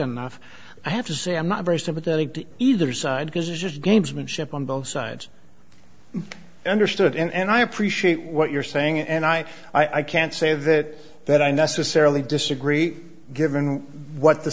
enough i have to say i'm not very sympathetic to either side because it's just gamesmanship on both sides understood and i appreciate what you're saying and i i can't say that that i necessarily disagree given what the